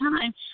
time